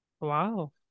Wow